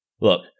Look